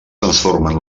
transformen